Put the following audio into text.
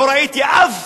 לא ראיתי אף